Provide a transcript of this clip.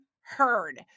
heard